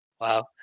wow